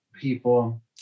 people